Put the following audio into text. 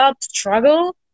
struggle